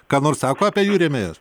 ką nors sako apie jų rėmėjus